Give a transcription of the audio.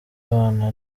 abana